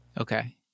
Okay